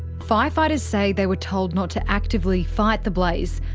firefighters say they were told not to actively fight the blaze.